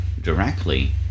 directly